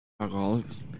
alcoholics